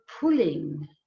pulling